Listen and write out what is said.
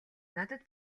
надад